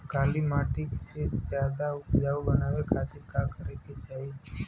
काली माटी के ज्यादा उपजाऊ बनावे खातिर का करे के चाही?